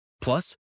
Plus